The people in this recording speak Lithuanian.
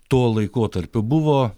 tuo laikotarpiu buvo